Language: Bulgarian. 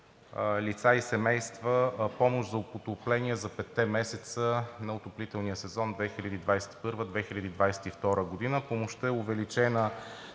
лица и семейства помощи за отопление за петте месеца на отоплителния сезон 2021 – 2022 г. Помощта е увеличена